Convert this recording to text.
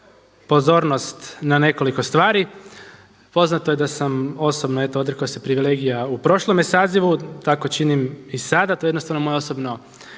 pozornost na nekoliko stvari, poznato je da sam osobno eto odrekao se privilegija u prošlome sazivu, tako činim i sada to je jednostavno moje osobno